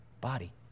body